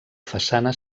façana